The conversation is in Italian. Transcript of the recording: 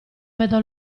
vedo